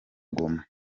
goma